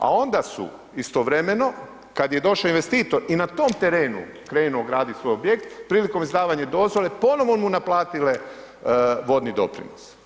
A onda su istovremeno kada je došao investitor i na tom terenu krenuo graditi svoj objekt prilikom izdavanja dozvole ponovno mu naplatile vodni doprinos.